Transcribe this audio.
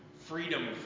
freedom